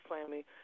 family